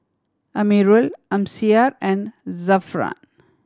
Amirul Amsyar and Zafran